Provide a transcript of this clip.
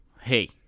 Hey